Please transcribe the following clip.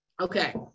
Okay